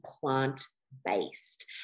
plant-based